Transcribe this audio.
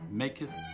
maketh